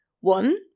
One